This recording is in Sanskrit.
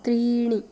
त्रीणि